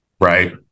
right